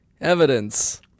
evidence